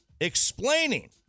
explaining